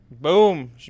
Boom